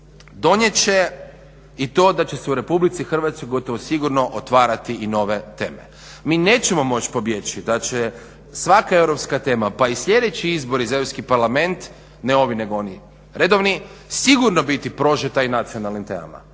donijet će i to da će se u Republici Hrvatskoj gotovo sigurno otvarati i nove teme. Mi nećemo moći pobjeći da će svaka europska tema pa i sljedeći izbori za Europski parlament, ne ovi nego oni redovni sigurno biti prožeta i nacionalnim temama.